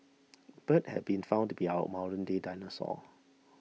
birds have been found to be our modernday dinosaurs